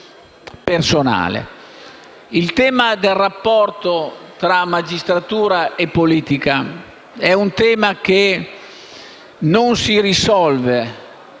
Il tema del rapporto tra magistratura e politica non si risolve